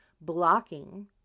blocking